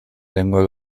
lengua